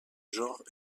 genre